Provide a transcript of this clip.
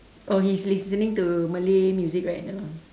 oh he's listening to malay music right now